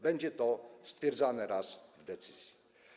Będzie to stwierdzane raz w decyzji.